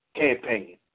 campaign